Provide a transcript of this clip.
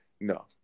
no